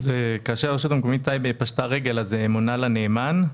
כאשר הרשות המקומית טייבה פשטה רגל, מונה לה נאמן.